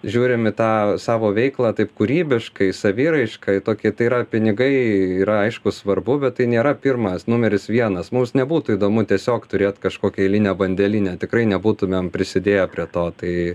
žiūrim į tą savo veiklą taip kūrybiškai saviraišką į tokį tai yra pinigai yra aišku svarbu bet tai nėra pirmas numeris vienas mums nebūtų įdomu tiesiog turėt kažkokią eilinę bandelinę tikrai nebūtumėm prisidėję prie to tai